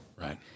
Right